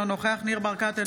אינו נוכח ניר ברקת,